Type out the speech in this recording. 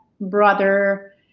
brother